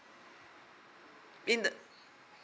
in the